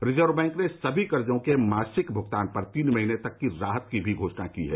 reserve Bank ने सभी कर्जो के मासिक भुगतान पर तीन महीने तक की राहत की भी घोषणा की है